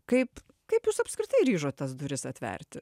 kaip kaip jūs apskritai ryžotės duris atverti